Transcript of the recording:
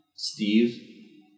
Steve